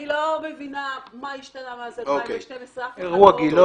אני לא מבינה מה השתנה מאז 2012. אף אחד לא זכר אולי --- אירוע גילה,